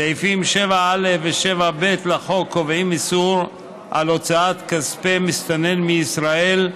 סעיפים 7א ו-7ב לחוק קובעים איסור הוצאת כספי מסתנן מישראל,